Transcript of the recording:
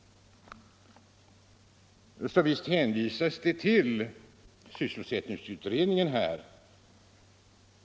Visst hänvisas det här till sysselsättningsutredningen.